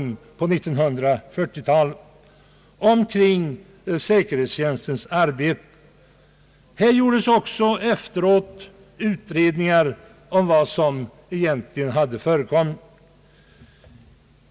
riksdagen på 1940-talet angående säkerhetstjänstens arbete. Efteråt gjordes utredningar om vad som egentligen hade förekommit.